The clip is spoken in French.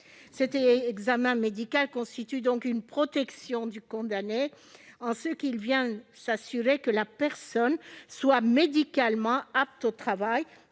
Cet examen médical constitue une protection du condamné, puisqu'il permet de s'assurer que la personne est médicalement apte au travail,